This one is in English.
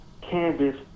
canvas